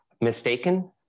mistaken